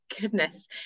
goodness